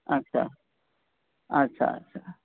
اچھا اچھا اچھا